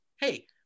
hey